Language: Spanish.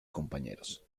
compañeros